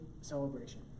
celebration